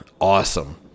awesome